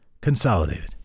consolidated